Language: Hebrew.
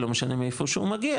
לא משנה מאיפה הוא מגיע,